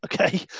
okay